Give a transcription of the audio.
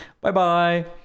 Bye-bye